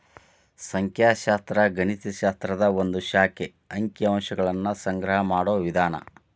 ಸಂಖ್ಯಾಶಾಸ್ತ್ರ ಗಣಿತ ಶಾಸ್ತ್ರದ ಒಂದ್ ಶಾಖೆ ಅಂಕಿ ಅಂಶಗಳನ್ನ ಸಂಗ್ರಹ ಮಾಡೋ ವಿಧಾನ